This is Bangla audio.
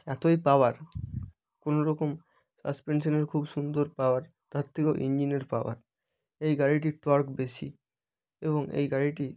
এতোই পাওয়ার কোনো রকম সাসপেন্সানের খুব সুন্দর পাওয়ার তার থেকেও ইঞ্জিনের পাওয়ার এই গারিটির টর্ক বেশি এবং এই গাড়িটি